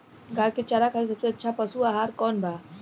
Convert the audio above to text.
गाय के चारा खातिर सबसे अच्छा पशु आहार कौन बा?